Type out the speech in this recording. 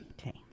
Okay